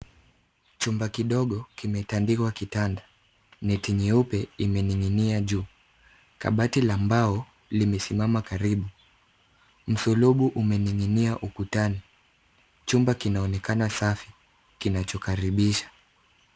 Chumba kidogo, kimetandikwa kitanda. Neti nyeupe imening'inia juu. Kabati la mbao limesimama karibu. Msulubu umening'inia ukutani. Chumba kinaonekana safi kinachokaribisha.